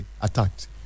attacked